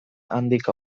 handik